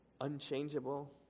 unchangeable